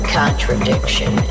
contradiction